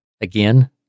Again